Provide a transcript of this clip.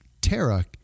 Tara